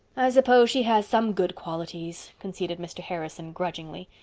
suppose she has some good qualities, conceded mr. harrison grudgingly.